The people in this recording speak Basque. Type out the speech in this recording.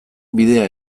bidea